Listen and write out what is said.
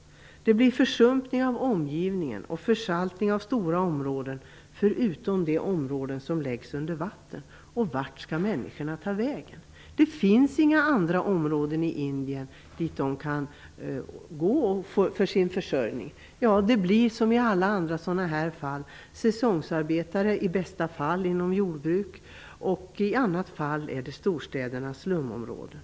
Det blir försumpning av omgivningen, försaltning av stora områden och dessutom läggs områden under vatten. Vart skall människorna ta vägen? Det finns inga andra områden i Indien där de kan klara sin försörjning. Det blir som i alla andra sådana här fall i bästa fall säsongsarbetare inom jordbruk som klarar sig. Annars är alternativet storstädernas slumområden.